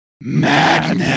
madness